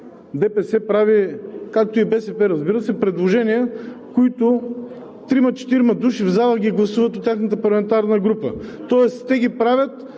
ДПС прави, както и БСП, разбира се, предложения, които трима – четирима души ги гласуват в залата от тяхната парламентарна група. Тоест те ги правят,